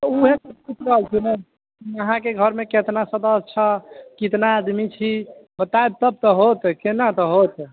वएहे पूछि रहल छी ने अहाँके घरमे कितना सदस्य छी केतना आदमी छी बतायब तब तऽ होत केना तऽ होत